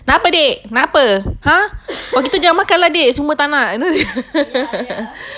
nak apa dik nak apa !huh! makan lah dik semua tak nak